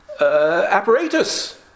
apparatus